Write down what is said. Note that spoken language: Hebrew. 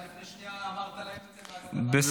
אתה לפני שנייה אמרת להם את זה, ואז אתה בא אלינו?